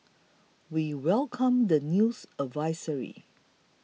we welcomed the news advisory